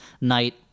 night